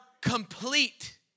complete